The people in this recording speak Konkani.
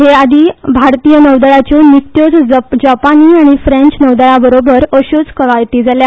हे आदी भारतीय नौदळाच्यो निकत्योच जपानी आनी फ्रँच नौदळाबरोबर अश्योच कवायती जाल्या